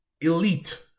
Elite